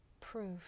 proof